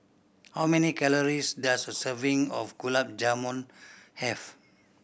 how many calories does a serving of Gulab Jamun have